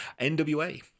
NWA